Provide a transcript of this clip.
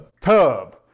Tub